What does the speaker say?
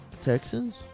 Texans